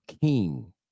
king